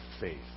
faith